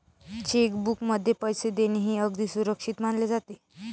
check बुकमधून पैसे देणे हे अगदी सुरक्षित मानले जाते